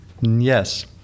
Yes